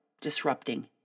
disrupting